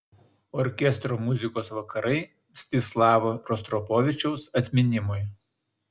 orkestro muzikos vakarai mstislavo rostropovičiaus atminimui